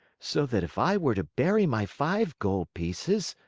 so that if i were to bury my five gold pieces,